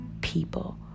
people